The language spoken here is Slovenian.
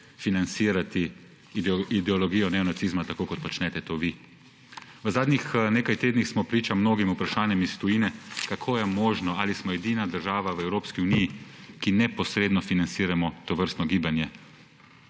financirati ideologijo neonacizma, tako kot počnete to vi. V zadnjih nekaj tednih smo priča mnogo vprašanjem iz tujine, kako je možno, ali smo edina država v Evropski uniji, ki neposredno financira tovrstno gibanje,